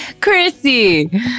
Chrissy